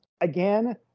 Again